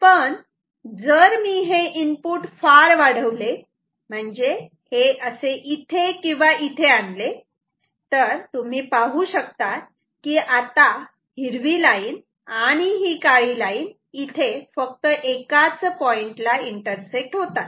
पण जर मी हे इनपुट फार वाढवले म्हणजे हे असे इथे किंवा इथे आणले तर तुम्ही पाहू शकतात की आता हिरवी लाईन आणि काळी लाईन इथे फक्त एकाच पॉइंटला इंटरसेक्ट होतात